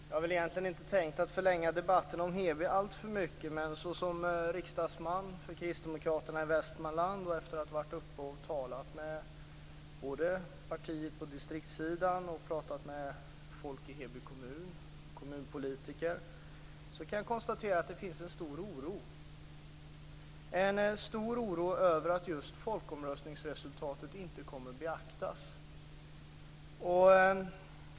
Fru talman! Jag hade inte tänkt att förlänga debatten om Heby alltför mycket, men som riksdagsman för kristdemokraterna i Västmanland och efter ha talat med partiet på distriktssidan, folk i Heby kommun och kommunpolitiker konstaterar jag att det finns en stor oro över att folkomröstningsresultatet inte kommer att beaktas.